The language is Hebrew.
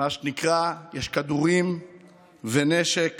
מה שנקרא, יש כדורים ונשק